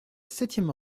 septième